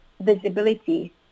visibility